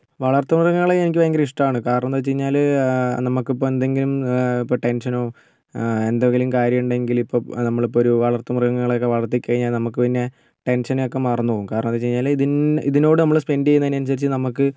വളര്ത്തു മൃഗങ്ങളെ എനിക്ക് ഭയങ്കര ഇഷ്ടമാണ് കാരണം എന്താന്നുവെച്ചു കഴിഞ്ഞാല് നമുക്കിപ്പം എന്തെങ്കിലും ടെന്ഷനോ എന്തെങ്കിലും കാര്യമുണ്ടെങ്കില് ഇപ്പോള് നമ്മളിപ്പോള് ഒരു വളര്ത്തു മൃഗങ്ങളെ വളര്ത്തി കഴിഞ്ഞാല് നമുക്ക് പിന്നെ ടെന്ഷന് ഒക്കെ മറന്നു പോവും കാരണം എന്താന്നുവച്ചു കഴിഞ്ഞാല് ഇതിനോട് നമ്മള് സ്പെന്ഡ് ചെയ്യുന്നതിനനുസരിച്ചു നമുക്ക്